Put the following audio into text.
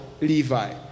Levi